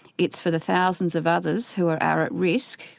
it's for the thousands of others who are are at risk,